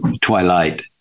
twilight